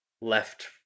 left